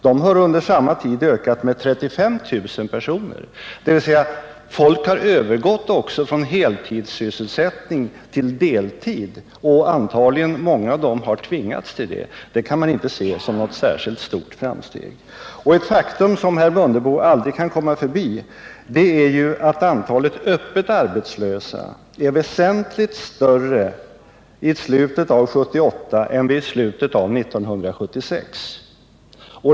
De har under samma tid ökat med 35 000, dvs. folk har övergått från heltidssysselsättning till deltid, och många av dem har antagligen tvingats till det. Det kan man inte se som något särskilt stort framsteg. Ett faktum som herr Mundebo aldrig kan komma förbi är att antalet öppet arbetslösa var väsentligt större i slutet av 1978 än i slutet av 1976.